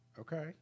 Okay